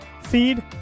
feed